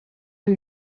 who